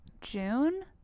June